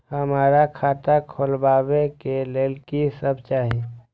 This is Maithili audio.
हमरा खाता खोलावे के लेल की सब चाही?